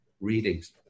readings